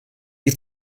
die